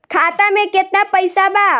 खाता में केतना पइसा बा?